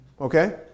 Okay